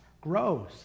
grows